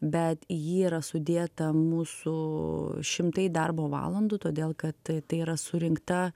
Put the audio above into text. bet į jį yra sudėta mūsų šimtai darbo valandų todėl kad tai yra surinkta